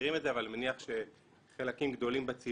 מכירים את זה אבל אני מניח שחלקים גדולים בציבור.